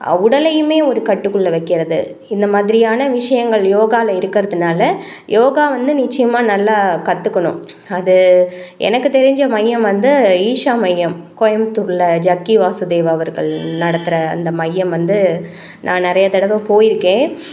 உடலையும் ஒரு கட்டுக்குள் வைக்கிறது இந்த மாதிரியான விஷயங்கள் யோகாவில் இருக்கிறதுனால யோகா வந்து நிச்சயமாக நல்லா கற்றுக்கணும் அது எனக்கு தெரிஞ்ச மையம் வந்து ஈஷா மையம் கோயம்புத்தூரில் ஜக்கி வாசு தேவா அவர்கள் நடத்துகிற அந்த மையம் வந்து நான் நிறையா தடவை போய்ருக்கேன்